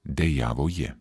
dejavo ji